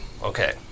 Okay